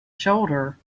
shoulder